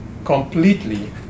completely